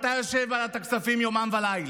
אתה יושב בוועדת כספים יומם וליל.